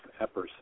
Epperson